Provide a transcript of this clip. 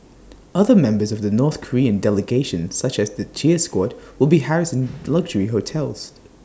other members of the north Korean delegation such as the cheer squad will be housed in luxury hotels